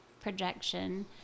projection